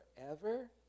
forever